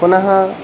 पुनः